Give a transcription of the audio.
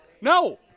No